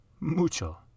Mucho